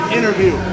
Interview